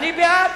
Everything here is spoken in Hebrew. אני בעד.